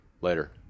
later